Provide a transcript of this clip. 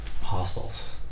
hostels